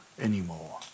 anymore